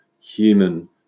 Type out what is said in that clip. human